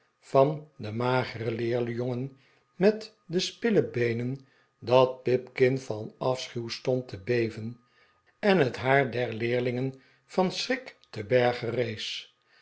van den mageren leerjongen met de spillebeenen dat pipkin van afschuw stond te beven en het haar der leerlingen van schrik te berge